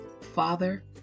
father